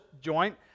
joint